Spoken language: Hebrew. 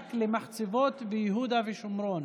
הענק למחצבות ביהודה ושומרון,